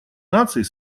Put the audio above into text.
наций